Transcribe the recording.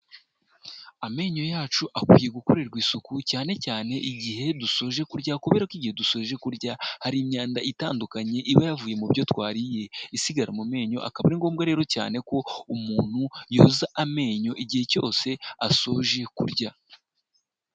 Amenyo yacu akwiye gukorerwa isuku, cyane cyane igihe dusoje kurya, kubera ko igihe dusoje kurya, hari imyanda itandukanye iba yavuye mu byo twariye isigara mu menyo, akaba ari ngombwa rero cyane ko umuntu yoza amenyo igihe cyose asoje kurya.